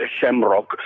Shamrock